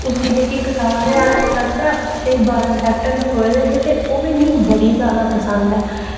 उसदी जेह्की कताब ऐ अर्थशास्त्र उसदे बारां चैप्टर लखोए दे हे ते ओह् बी मी बड़ी जैदा पसंद ऐ